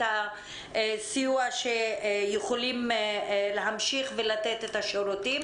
הסיוע שיכולים להמשיך ולתת את השירותים.